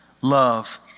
love